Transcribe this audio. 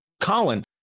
Colin